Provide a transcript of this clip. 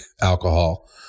alcohol